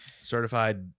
Certified